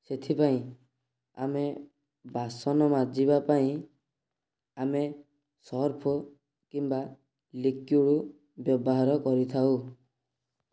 ସେଥିପାଇଁ ଆମେ ବାସନ ମାଜିବା ପାଇଁ ଆମେ ସର୍ଫ କିମ୍ବା ଲିକ୍ୱିଡ଼ ବ୍ୟବହାର କରିଥାଉ